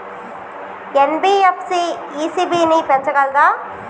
NBFC ECB ని పెంచగలదా?